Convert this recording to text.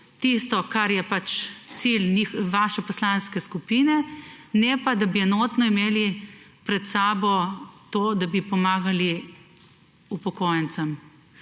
tisto, kar je pač cilj vaše poslanske skupine, ne pa da bi enotno imeli pred sabo to, da bi pomagali upokojencem.